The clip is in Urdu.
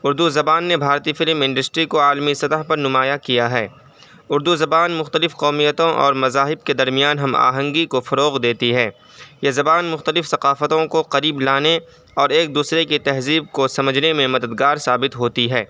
اردو زبان نے بھارتی فلم انڈسٹری کو عالمی سطح پر نمایا کیا ہے اردو زبان مختلف قومیتوں اور مذاہب کے درمیان ہم آہنگی کو فروغ دیتی ہے یہ زبان مختلف ثقافتوں کو قریب لانے اور ایک دوسرے کی تہذیب کو سمجھنے میں مددگار ثابت ہوتی ہے